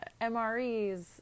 MREs